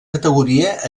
categoria